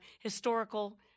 historical